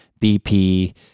BP